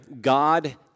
God